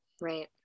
Right